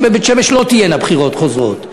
שבבית-שמש לא תהיינה בחירות חוזרות.